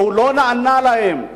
הוא לא נענה להם,